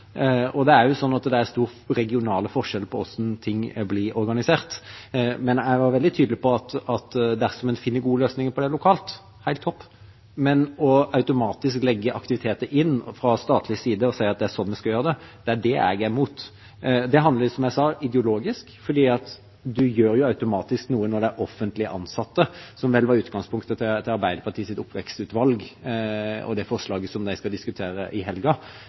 AKS, er det ikke sånn at alle er der. Og det er store regionale forskjeller på hvordan ting blir organisert. Jeg er veldig tydelig på at dersom man finner gode løsninger på det lokalt, er det helt topp, men automatisk å legge inn aktiviteter fra statlig side og si at det er sånn man skal gjøre det, er jeg er imot. Det er handlinger, som jeg sa, ideologisk, for man gjør automatisk noe når det er offentlig ansatte, som vel var utgangspunktet for Arbeiderpartiets oppvekstutvalg og det forslaget som de skal diskutere i